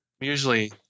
Usually